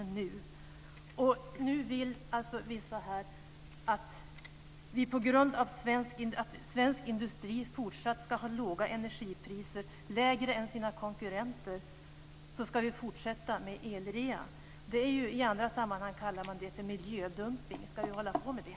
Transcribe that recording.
Och nu vill vissa här att vi på grund av att svensk industri fortsatt ska ha låga energipriser, lägre än sina konkurrenter, ska fortsätta med elrean. I andra sammanhang kallar man det för miljödumpning. Ska vi hålla på med det?